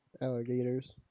Alligators